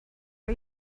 are